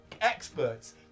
experts